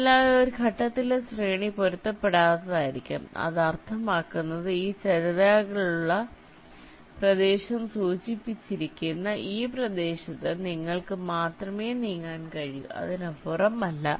അതിനാൽ ഒരു ഘട്ടത്തിലെ ശ്രേണി പൊരുത്തപ്പെടാത്തതായിരിക്കാം അത് അർത്ഥമാക്കുന്നത് ഈ ചതുരാകൃതിയിലുള്ള പ്രദേശം സൂചിപ്പിച്ചിരിക്കുന്ന ഈ പ്രദേശത്ത് നിങ്ങൾക്ക് മാത്രമേ നീങ്ങാൻ കഴിയൂ അതിനപ്പുറം അല്ല